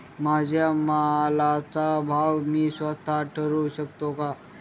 माझ्या मालाचा भाव मी स्वत: ठरवू शकते का?